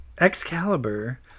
excalibur